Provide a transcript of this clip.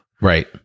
right